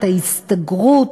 את ההסתגרות,